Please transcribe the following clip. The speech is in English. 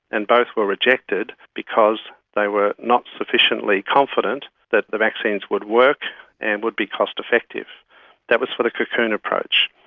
and both were rejected because they were not sufficiently confident that the vaccines would work and would be cost-effective. that was for the cocoon approach.